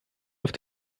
auf